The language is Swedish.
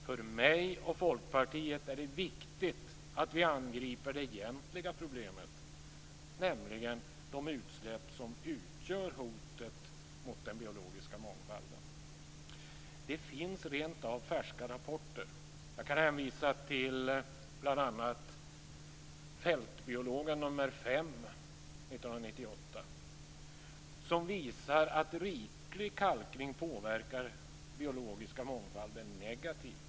För mig och Folkpartiet är det viktigt att vi angriper det egentliga problemet, nämligen de utsläpp som utgör hotet mot den biologiska mångfalden. Det finns rentav färska rapporter - jag kan bl.a. hänvisa till Fältbiologen nr 5 1998 - som visar att riklig kalkning påverkar den biologiska mångfalden negativt.